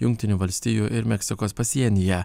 jungtinių valstijų ir meksikos pasienyje